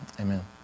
Amen